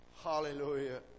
Hallelujah